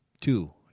Two